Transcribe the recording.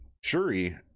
shuri